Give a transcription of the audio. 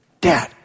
dad